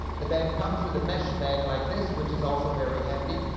the bag comes with a mesh bag like this, which is also very handy.